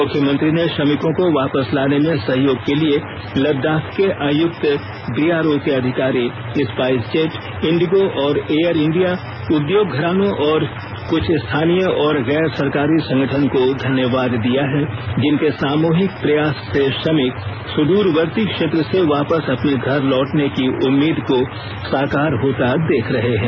मुख्यमंत्री ने श्रमिकों को वापस लाने में सहयोग के लिए लद्दाख के आयुक्त बीआरओ के अधिकारी स्पाइस जेट इंडिगो और एयर एशिया उद्योग घरानों और कुछ स्थानीय गैर सरकारी संगठन को धन्यवाद दिया है जिनके सामुहिक प्रयास से श्रमिक सुदूरवर्ती क्षेत्र से वापस अपने घर लौटने की उम्मीद को साकार होता देख रहे हैं